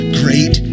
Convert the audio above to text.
great